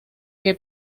que